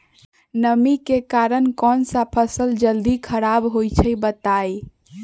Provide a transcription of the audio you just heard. नमी के कारन कौन स फसल जल्दी खराब होई छई बताई?